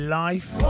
life